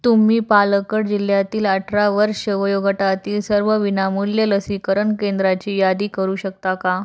तुम्ही पालकड जिल्ह्यातील अठरा वर्ष वयोगटातील सर्व विनामूल्य लसीकरण केंद्राची यादी करू शकता का